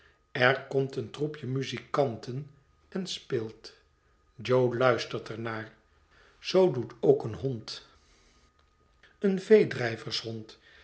er komt een troepje muzikanten en speelt jo luistert er naar zoo doet ook een hond een